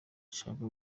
ashaka